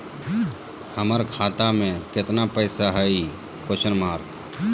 हमर खाता मे केतना पैसा हई?